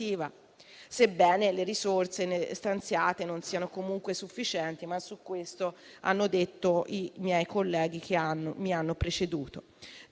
sebbene le risorse stanziate non siano comunque sufficienti. Tuttavia di questo hanno parlato i miei colleghi che mi hanno preceduto.